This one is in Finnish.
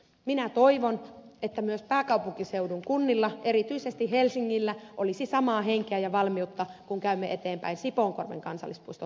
minä toivon että myös pääkaupunkiseudun kunnilla erityisesti helsingillä olisi samaa henkeä ja valmiutta kun käymme eteenpäin sipoonkorven kansallispuiston